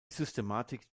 systematik